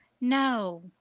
No